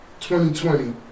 2020